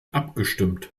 abgestimmt